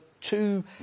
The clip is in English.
two